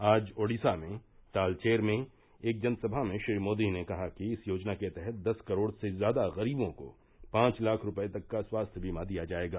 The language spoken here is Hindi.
आज ओडिसा में तालवेर में एक जनसभा में श्री मोदी ने कहा कि इस योजना के तहत दस करोड़ से ज्यादा गरीबों को पांच लाख रुपये तक का स्वास्थ्य दीमा दिया जाएगा